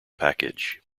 package